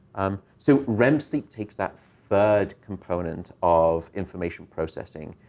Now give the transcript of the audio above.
um so rem sleep takes that third component of information processing.